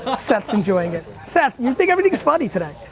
ah seth's enjoying it. seth, you think everything's funny today.